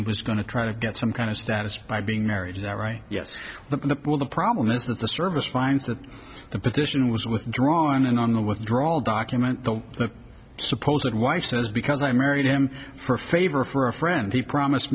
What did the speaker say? and was going to try to get some kind of status by being married is that right yes the the problem is that the service finds that the petition was withdrawn and on the withdrawal document the supposed wife says because i married him for a favor for a friend he promised